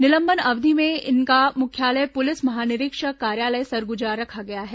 निलंबन अवधि में इनका मुख्यालय पुलिस महानिरीक्षक कार्यालय सरगुजा रखा गया है